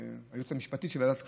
היועצת המשפטית של ועדת הכספים,